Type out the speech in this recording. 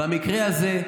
במקרה הזה,